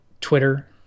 Twitter